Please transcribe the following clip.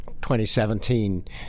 2017